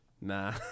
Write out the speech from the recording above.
Nah